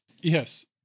Yes